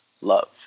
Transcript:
love